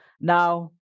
now